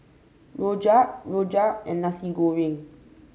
rojak rojak and Nasi Goreng